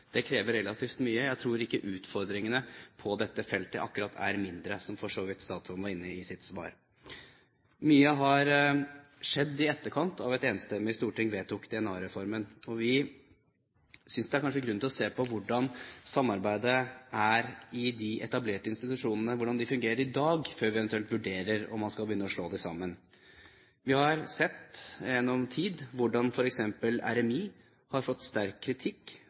Det krever relativt mye. Jeg tror ikke utfordringene på dette feltet akkurat er mindre, som statsråden for så vidt var inne på i sitt svar. Mye har skjedd i etterkant av at et enstemmig storting vedtok DNA-reformen. Vi synes kanskje det er grunn til å se på hvordan samarbeidet er i de etablerte institusjonene – hvordan det fungerer i dag – før vi eventuelt vurderer om man skal begynne å slå dem sammen. Vi har over tid sett hvordan f.eks. RMI har fått sterk kritikk